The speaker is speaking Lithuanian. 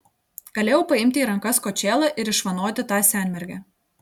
galėjau paimti į rankas kočėlą ir išvanoti tą senmergę